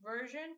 version